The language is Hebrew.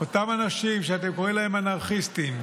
אותם אנשים שאתם קוראים להם אנרכיסטים,